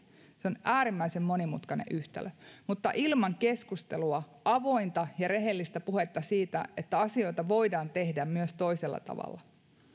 se on äärimmäisen monimutkainen yhtälö mutta ilman keskustelua avointa ja rehellistä puhetta siitä että asioita voidaan tehdä myös toisella tavalla